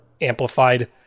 amplified